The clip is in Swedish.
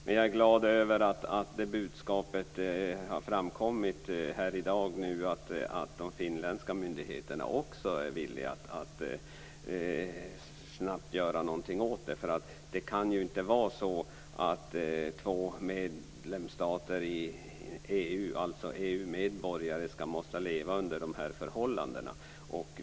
Men jag är glad över det budskap som har framförts här i dag, att de finländska myndigheterna också är villiga att snabbt göra någonting åt det hela. Det kan ju inte vara så att medborgare från två EU medlemsländer skall tvingas leva under de här förhållandena.